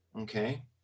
okay